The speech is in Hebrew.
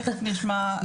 תיכף נשמע.